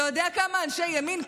אתה יודע כמה אנשי ימין,